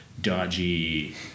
dodgy